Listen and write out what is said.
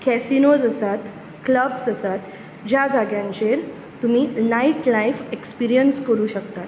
casinos आसात clubs आसात ज्या जाग्यांर तुमी नायट लायफ एस्पिरियन्स करूंक शकतात